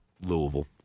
Louisville